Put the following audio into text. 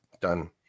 Done